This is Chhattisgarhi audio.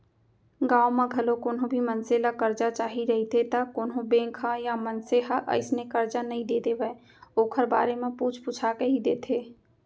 गाँव म घलौ कोनो भी मनसे ल करजा चाही रहिथे त कोनो बेंक ह या मनसे ह अइसने करजा नइ दे देवय ओखर बारे म पूछ पूछा के ही देथे